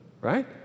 right